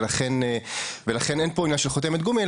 ולכן אין פה עניין של חותמת גומי,